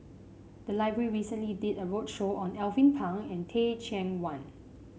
the library recently did a roadshow on Alvin Pang and Teh Cheang Wan